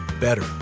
better